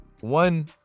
One